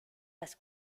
las